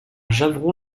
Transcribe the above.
javron